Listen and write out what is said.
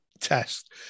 test